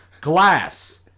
Glass